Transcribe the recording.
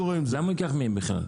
למה הוא ייקח מהם בכלל?